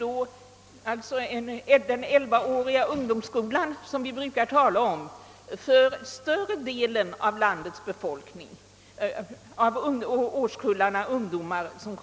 Därmed kommer den 11 åriga ungdomsskolan, som vi så gärna brukar tala om, att omfatta större delen av de ungdomar som nu varje år går ut i arbetslivet.